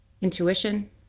intuition